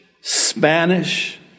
Spanish